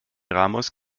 ramos